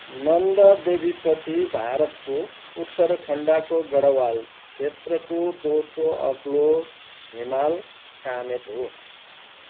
नन्दा देवीपछि भारतको उत्तराखण्डको गढवाल क्षेत्रको दोस्रो अग्लो हिमाल कामेत हो